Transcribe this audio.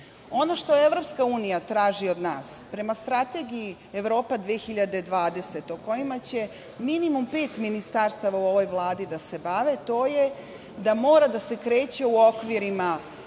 što EU traži od nas, prema Strategiji Evropa 2020, kojima će minimum pet ministarstava u ovoj Vladi da se bave, to je da mora da se kreće u okvirima